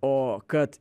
o kad